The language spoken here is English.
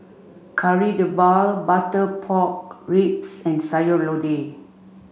Kari Debal Butter Pork Ribs and Sayur Lodeh